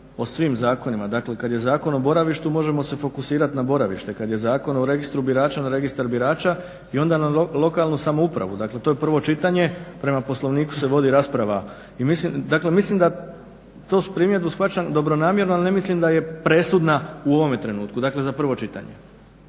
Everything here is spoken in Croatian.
o svim zakonima. Dakle kada je Zakon o boravištu možemo se fokusirati na boravište, kada je Zakon o registru birača na registar birača i onda na lokalnu samoupravu, dakle to je prvo čitanje prema Poslovniku se vodi rasprava. Dakle tu primjedbu shvaćam dobronamjerno ali ne mislim da je presudna u ovom trenutku dakle za prvo čitanje.